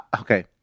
Okay